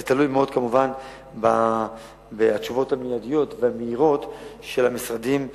זה תלוי מאוד בתשובות המיידיות והמהירות של המשרדים הרלוונטיים.